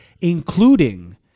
including